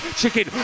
chicken